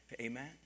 Amen